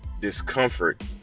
discomfort